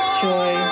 joy